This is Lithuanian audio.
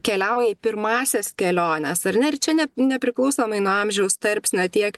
keliauja į pirmąsias keliones ar ne ir čia ne nepriklausomai nuo amžiaus tarpsnio tiek